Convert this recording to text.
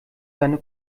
seine